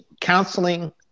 counseling